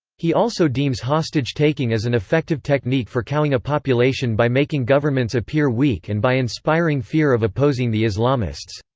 he also deems hostage taking as an effective technique for cowing a population by making governments appear weak and by inspiring fear of opposing the islamists.